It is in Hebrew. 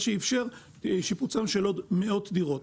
מה שאפשר שיפוץ של עוד מאות דירות.